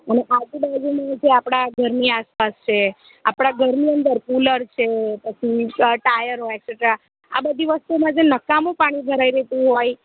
અને આજુબાજુની જે આપણાં ઘરની આસપાસ છે આપણાં ઘરની અંદર કુલર છે પછી ટ ટાયર હોય એક્સ્ટ્રા આ બધી વસ્તુમાં જે નકામું પાણી ભરાઈ રહેતું હોય